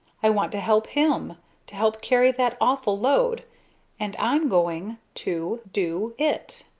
i want to help him to help carry that awful load and i'm going to do it!